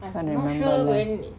I can't remember when